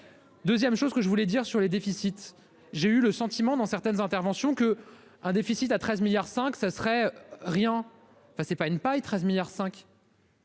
2ème, chose que je voulais dire sur les déficits. J'ai eu le sentiment dans certaines interventions que un déficit à 13 milliards cinq ça serait rien enfin c'est pas une paille, 13 milliards